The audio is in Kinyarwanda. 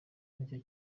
nicyo